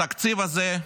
התקציב הזה,